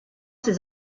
ses